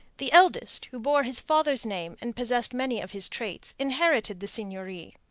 the eldest, who bore his father's name and possessed many of his traits, inherited the seigneury.